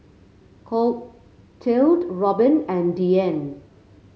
Clotilde Robbin and Deann